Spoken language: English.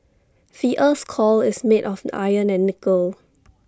the Earth's core is made of iron and nickel